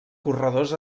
corredors